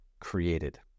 created